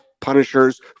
punishers